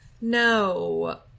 no